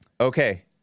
okay